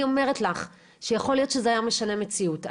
אני אומרת לך שיכול להיות שזה היה משנה מציאות.